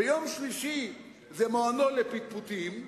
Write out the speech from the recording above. יום שלישי זה לפטפוטים,